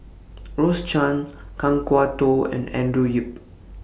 Rose Chan Kan Kwok Toh and Andrew Yip